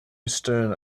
stone